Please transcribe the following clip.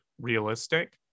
realistic